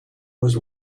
was